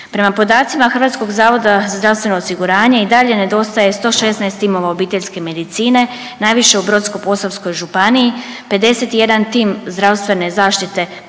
Prema podacima HZZO-a i dalje nedostaje 116 timova obiteljske medicine, najviše u Brodsko-posavskoj županiji, 51 tim zdravstvene zaštite